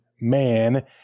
man